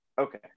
okay